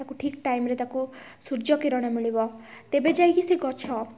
ତାକୁ ଠିକ୍ ଟାଇମ୍ରେ ତାକୁ ସୂର୍ଯ୍ୟକିରଣ ମିଳିବ ତେବେ ଯାଇକି ସେ ଗଛ